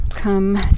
come